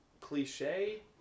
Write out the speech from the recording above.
cliche